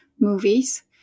movies